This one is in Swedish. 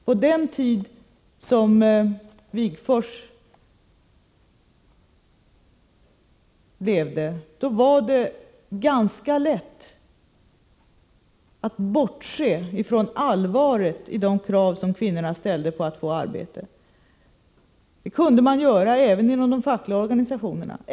På Ernst Wigforss tid var det ganska lätt att bortse från allvaret i de krav som kvinnorna ställde på att få arbete. Det kunde man göra också inom de fackliga organisationerna.